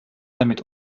damit